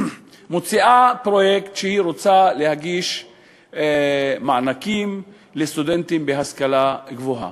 מוציאה פרויקט שהיא רוצה לתת מענקים לסטודנטים במוסדות להשכלה גבוהה.